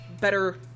better